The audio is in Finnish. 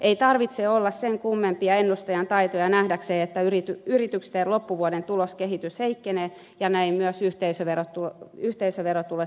ei tarvitse olla sen kummempia ennustajan taitoja nähdäkseen että yritysten loppuvuoden tuloskehitys heikkenee ja näin myös yhteisöverotulot pienentyvät